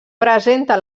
presenta